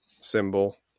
symbol